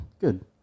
Good